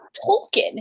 Tolkien